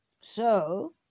So